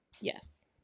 yes